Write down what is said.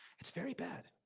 it's very bad.